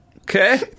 Okay